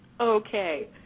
Okay